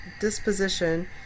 disposition